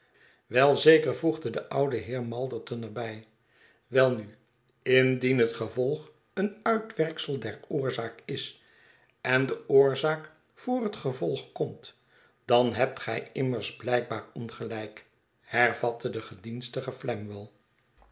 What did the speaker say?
wel zeker voegde de oude heer malderton er bij welnu indien het gevolg een uitwerksel der oorzaak is en de oorzaak voor het gevolg komt dan hebt gij immers blijkbaar ongelijk hervatte de gedienstige flamwell